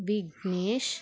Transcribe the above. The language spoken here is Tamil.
விக்னேஷ்